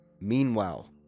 Meanwhile